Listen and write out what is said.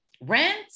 rent